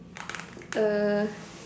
err